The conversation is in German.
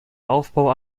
aufbau